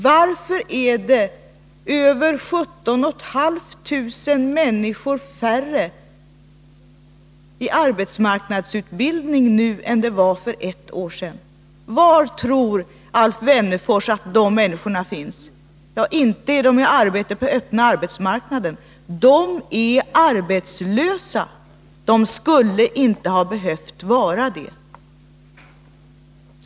Varför är det över 17 500 människor färre i arbetsmarknadsutbildning nu än det var för ett år sedan? Var tror Alf Wennerfors att de människorna finns? Ja, inte är de i arbete på öppna arbetsmarknaden. De är arbetslösa. De skulle inte ha behövt vara det.